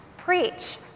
preach